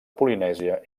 polinèsia